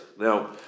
Now